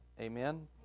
Amen